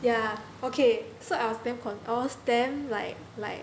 ya okay so I was damn con~ I was damn like like